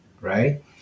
right